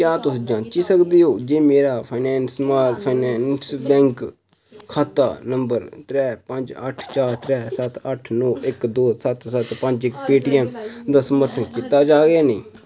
क्या तुस जांची सकदे ओ जे मेरा finance finance small finance bank खाता नंबर त्रै पंज अठ्ठ चार त्रै सत अठ्ठ नौ इक दो सत्त सत्त पंज इक पेटीऐम्म दा समर्थन कीता जाहग जां नेईं